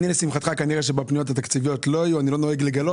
לשמחתך, כנראה בפניות התקציביות אני לא אהיה,